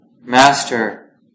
Master